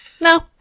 No